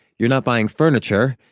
you're not buying furniture,